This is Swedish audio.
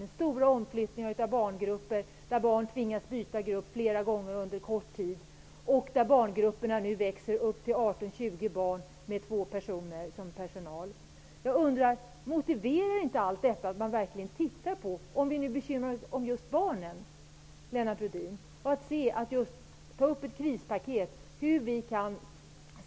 Det är stora omflyttningar av barngrupper. Barn tvingas byta grupp flera gånger under kort tid. Barngrupperna växer nu till 18--20 barn med två personer i personalen. Om vi nu bekymrar oss om just barnen, Lennart Rohdin, motiverar inte allt detta till att vi tittar på hur vi med hjälp av ett krispaket kan